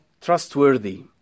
trustworthy